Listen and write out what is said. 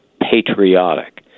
patriotic